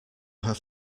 have